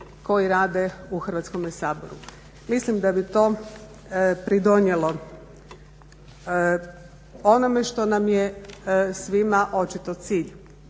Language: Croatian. koji rade u Hrvatskome saboru. Mislim da bi to pridonijelo onome što nam je svima očito cilj,